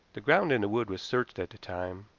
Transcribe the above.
the ground in the wood was searched at the time,